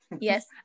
yes